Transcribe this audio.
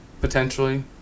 potentially